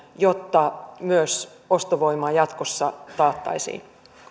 jotta myös ostovoima jatkossa taattaisiin